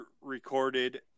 recorded